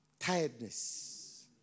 Tiredness